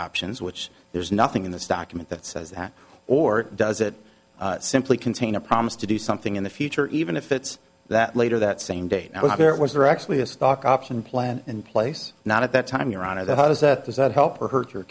options which there's nothing in this document that says that or does it simply contain a promise to do something in the future even if it's that later that same date that was there actually a stock option plan in place not at that time your honor that has that does that help or hurt your